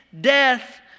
death